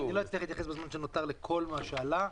בזמן שנותר לכל מה שעלה.